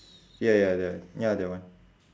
ya ya that one ya that one